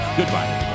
goodbye